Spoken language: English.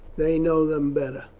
they know them better,